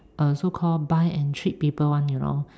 uh so call buy and treat people one you know